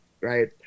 right